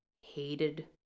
hated